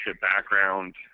background